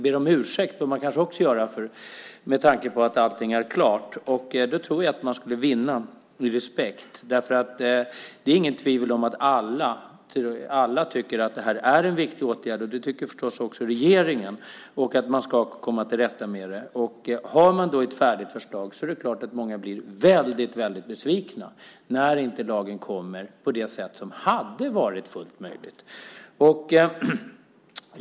Be om ursäkt bör man kanske också göra med tanke på att allting är klart. Då tror jag att man skulle vinna i respekt. Det är inget tvivel om att alla tycker att det är en viktig åtgärd och att man måste komma till rätta med problemet. Det tycker förstås också regeringen. Har man då ett färdigt förslag är det klart att många blir väldigt besvikna när lagen inte kommer, vilket hade varit fullt möjligt.